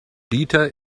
dieter